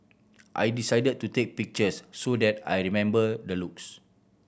I decided to take pictures so that I remember the looks